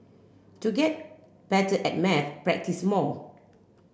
to get better at maths practise more